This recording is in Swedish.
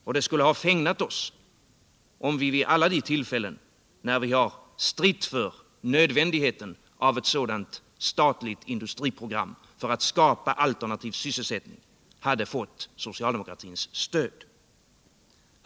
Och det skulle ha fägnat oss om vi vid alla de tillfällen, då vi stritt för nödvändigheten av ett sådant statligt industriprogram för att skapa alternativ sysselsättning, hade fått socialdemokratins stöd.